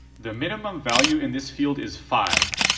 the minimum value in this field is five,